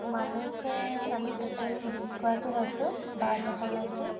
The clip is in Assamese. মানুহ যে আমি টোটেল বিছগৰাকী হৈছোঁ বাছ এখন লৈছোঁ